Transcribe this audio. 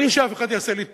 בלי שאף אחד יעשה לי טובה.